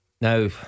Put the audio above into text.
now